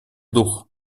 дух